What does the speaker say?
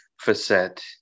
facet